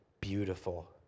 beautiful